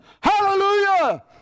Hallelujah